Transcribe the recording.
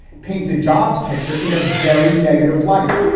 paint the jobs picture in a very negative light.